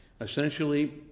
essentially